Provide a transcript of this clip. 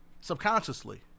subconsciously